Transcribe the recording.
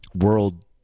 world